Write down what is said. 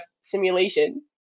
simulation